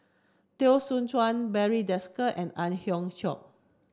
Teo Soon Chuan Barry Desker and Ang Hiong Chiok